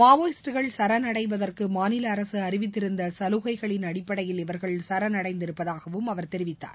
மாவோயிஸ்டுகள் சரணடைவதற்கு மாநில அரசு அறிவித்திருந்த சலுகைகளின் அடிப்படையில் இவர்கள் சரணடைந்திருப்பதாகவும் அவர் தெரிவித்தார்